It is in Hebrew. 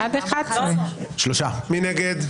מי נגד?